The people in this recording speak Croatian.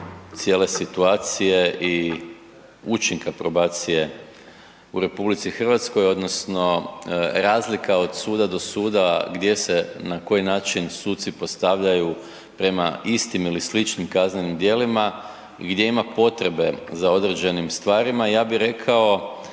cijele situacije i učinka probacije u RH odnosno razlika od suda do suda gdje se na koji način suci postavljaju prema istim ili sličnim kaznenim djelima, gdje ima potrebe za određenim stvarima, ja bih rekao